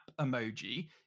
emoji